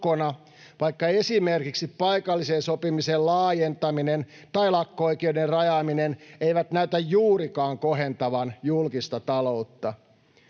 vaikka esimerkiksi paikallisen sopimisen laajentaminen tai lakko-oikeuden rajaaminen ei näytä juurikaan kohentavan julkista taloutta.